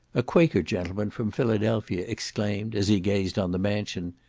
a quaker gentleman, from philadelphia, exclaimed, as he gazed on the mansion,